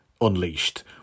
unleashed